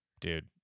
dude